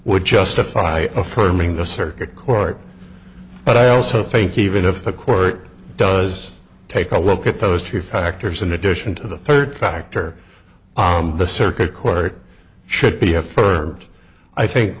would justify affirming the circuit court but i also think even if the court does take a look at those two factors in addition to the third factor the circuit court should be affirmed i think